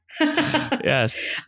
Yes